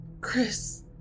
Chris